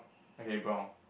okay brown